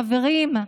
חברים,